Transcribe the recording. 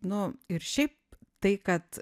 nu ir šiaip tai kad